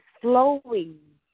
flowing